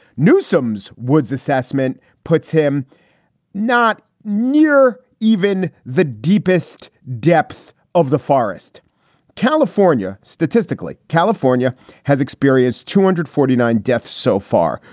newsome's woods assessment puts him not near even the deepest depth of the forest california. statistically, california has experienced two hundred and forty nine deaths so far.